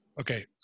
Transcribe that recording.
Okay